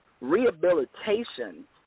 rehabilitation